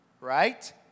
right